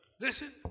Listen